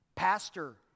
pastor